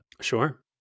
Sure